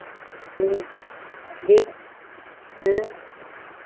ह्म्म जी ह्म्म